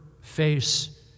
face